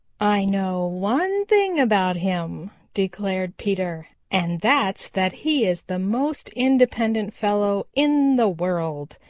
i know one thing about him, declared peter, and that's that he is the most independent fellow in the world.